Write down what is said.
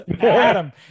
Adam